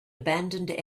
abandoned